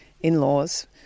in-laws